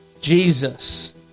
Jesus